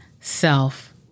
Self